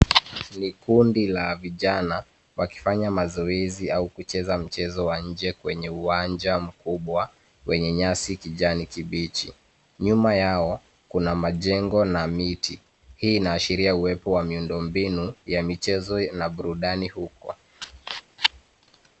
Ni kundi la vijana, wakifanya mazoezi au kucheza mchezo wa nje kwenye uwanja mkubwa wenye nyasi kijani kibichi. Nyuma yao, kuna majengo na miti. Hii inaashiria uwepo wa miundo mbinu ya michezo na burudani hukuwa.